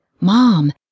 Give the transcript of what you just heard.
Mom